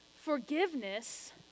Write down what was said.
forgiveness